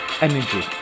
energy